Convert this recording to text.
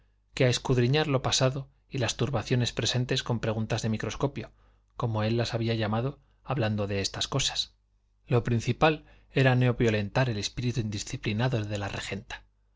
que a escudriñar lo pasado y las turbaciones presentes con preguntas de microscopio como él las había llamado hablando de estas cosas lo principal era no violentar el espíritu indisciplinado de la regenta